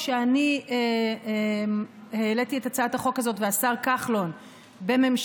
כשאני העליתי את הצעת החוק הזאת והשר כחלון והממשלה,